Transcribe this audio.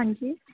हाँ जी